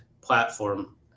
platform